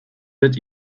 wird